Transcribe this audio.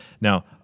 Now